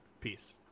peace